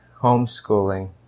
homeschooling